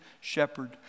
shepherd